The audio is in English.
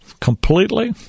completely